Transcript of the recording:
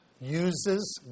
uses